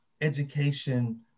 education